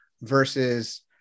versus